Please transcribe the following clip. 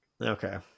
Okay